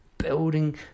Building